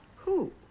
who?